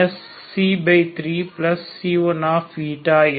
v 23e 3C1